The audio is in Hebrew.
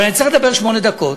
אבל אני צריך לדבר שמונה דקות,